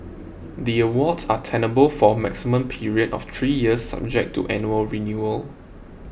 the awards are tenable for a maximum period of three years subject to annual renewal